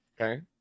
okay